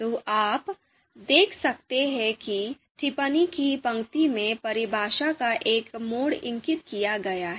तो आप देख सकते हैं कि टिप्पणी की पंक्ति में परिभाषा का एक मोड इंगित किया गया है